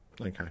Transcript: Okay